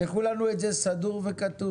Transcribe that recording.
תשלחו לנו את זה סדור וכתוב.